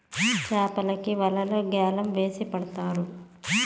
చాపలకి వలలు గ్యాలం వేసి పడతారు